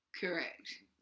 correct